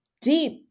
deep